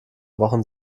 wochen